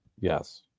Yes